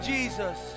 Jesus